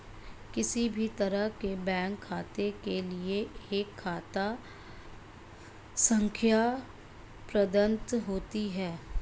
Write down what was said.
किसी भी तरह के बैंक खाते के लिये एक खाता संख्या प्रदत्त होती है